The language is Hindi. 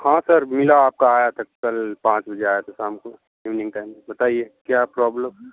हाँ सर मिला आपका आया था कल पाँच बजे आया था शाम को इवनिंग टाइम में बताइए क्या प्रॉब्लम